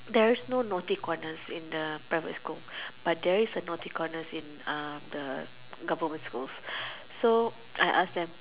there is no naughty corners in the private school but there is a naughty corners in uh the government schools so I ask them